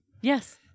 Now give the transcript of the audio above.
Yes